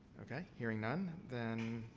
okay. hearing none, then,